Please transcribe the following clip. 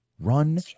Run